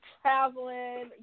traveling